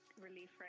relief